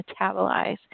metabolize